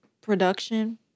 production